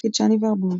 בתפקיד שני ורבורג.